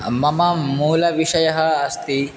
मम मूलविषयः अस्ति